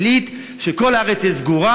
החליט שכל הארץ תהיה סגורה,